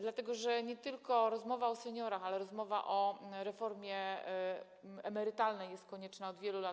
Dlatego nie tylko rozmowa o seniorach, ale i rozmowa o reformie emerytalnej jest konieczna od wielu lat.